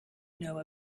know